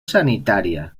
sanitària